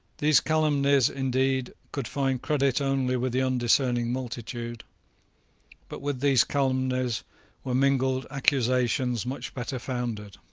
these calumnies, indeed, could find credit only with the undiscerning multitude but with these calumnies were mingled accusations much better founded.